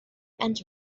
entering